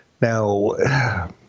Now